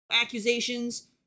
accusations